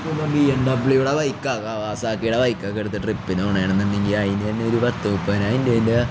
E ബിഎംഡബ്ലൂടെ ബൈക്കവാസാക്കിയടെ ബൈക്കെ എടുത്ത് ട്രിപ്പിന്ോണെന്നുണ്ടെി അയിൻറെ തന്നെ ഒരു വത്ത്ുപ്പ അൻ്റെൻ്റെ